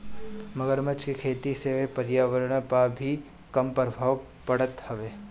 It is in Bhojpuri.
मगरमच्छ के खेती से पर्यावरण पअ भी कम प्रभाव पड़त हवे